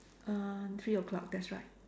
uh three o-clock that's right